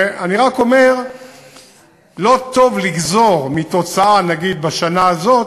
אני רק אומר שלא טוב לגזור מתוצאה בשנה הזאת,